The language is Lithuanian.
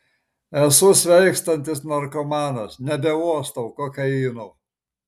esu sveikstantis narkomanas nebeuostau kokaino